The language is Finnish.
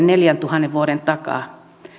neljäntuhannen vuoden takaa